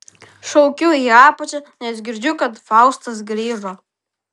šaukiu į apačią nes girdžiu kad faustas grįžo